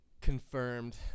confirmed